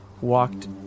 walked